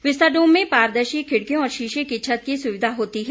Vistadome में पारदर्शी खिड़कियों और शीशे की छत की सुविधा होती है